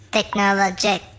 Technologic